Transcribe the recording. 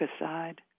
aside